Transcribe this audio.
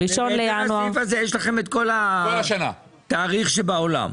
בהתאם לסעיף הזה יש לכם את כל התאריך שבעולם.